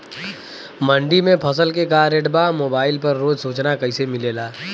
मंडी में फसल के का रेट बा मोबाइल पर रोज सूचना कैसे मिलेला?